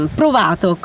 provato